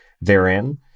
therein